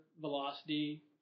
velocity